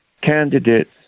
candidates